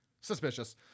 suspicious